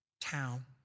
town